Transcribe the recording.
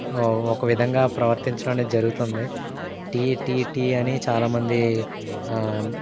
ఒక విధంగా ప్రవర్తించడం అనేది జరుగుతుంది టీ టీ టీ అని చాలా మంది